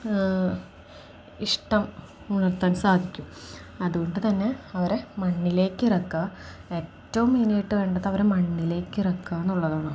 ഇഷ്ടം ഉണർത്താൻ സാധിക്കും അതു കൊണ്ടു തന്നെ അവരെ മണ്ണിലേക്ക് ഇറക്കുക ഏറ്റവും മെയിനായിട്ട് വേണ്ടതവരെ മണ്ണിലേക്ക് ഇറക്കുക എന്നുള്ളതാണ്